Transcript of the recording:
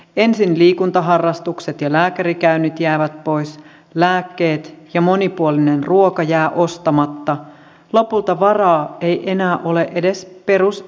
ensin liikuntaharrastukset ja lääkärikäynnit jäävät pois lääkkeet ja monipuolinen ruoka jää ostamatta lopulta varaa ei enää ole edes peruselintarvikkeisiin